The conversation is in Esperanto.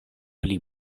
pli